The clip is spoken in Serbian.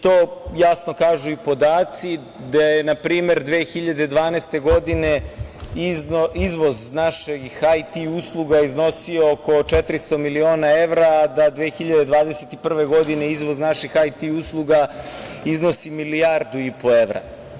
To jasno kažu i podaci, da je na primer 2012. godine, izvoz naših IT usluga iznosio oko 400 miliona evra, a 2021. godine izvoz naših IT usluga iznosi milijardu i po evra.